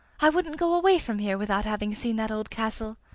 i wouldn't go away from here without having seen that old castle.